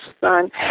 son